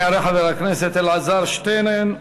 יעלה חבר הכנסת אלעזר שטרן,